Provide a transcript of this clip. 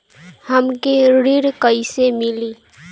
हमके ऋण कईसे मिली?